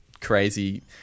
crazy